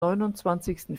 neunundzwanzigsten